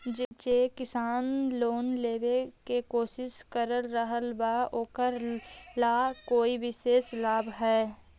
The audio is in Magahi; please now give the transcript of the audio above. जे किसान लोन लेवे के कोशिश कर रहल बा ओकरा ला कोई विशेष लाभ हई?